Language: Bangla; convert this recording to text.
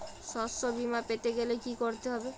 শষ্যবীমা পেতে গেলে কি করতে হবে?